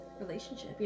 relationship